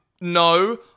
No